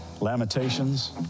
Lamentations